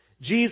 Jesus